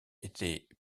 était